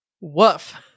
Woof